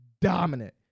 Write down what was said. dominant